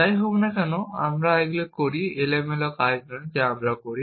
যাই হোক না কেন আমরা করি এগুলো এলোমেলো কাজ নয় যা আমরা করি